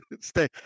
Stay